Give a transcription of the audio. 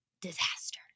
disaster